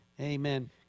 Amen